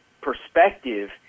perspective